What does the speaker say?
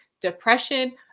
depression